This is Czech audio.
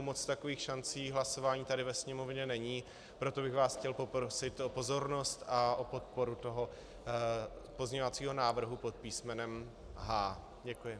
Moc takových šancí hlasování tady ve Sněmovně není, proto bych vás chtěl poprosit o pozornost a o podporu pozměňovacího návrhu pod písmenem H. Děkuji.